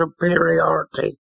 superiority